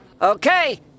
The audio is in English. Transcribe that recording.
Okay